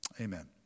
Amen